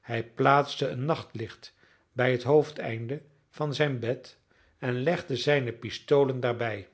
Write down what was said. hij plaatste een nachtlicht bij het hoofdeinde van zijn bed en legde zijne pistolen daarbij